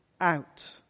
out